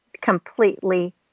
completely